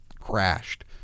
crashed